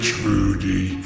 Trudy